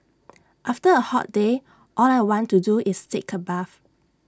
after A hot day all I want to do is take A bath